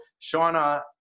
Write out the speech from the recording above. Shauna